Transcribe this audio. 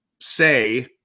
say